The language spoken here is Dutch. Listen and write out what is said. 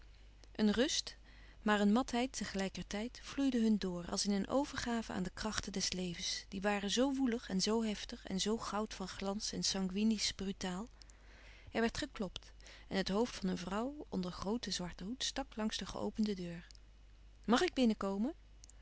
een rust maar een matheid te gelijker tijd vloeide hun door als in een overgave aan de krachten des levens die waren zoo woelig en zoo heftig en zoo goud van glans en sanguiniesch brutaal er werd geklopt en het hoofd van een vrouw onder grooten zwarten hoed stak langs de geopende deur mag ik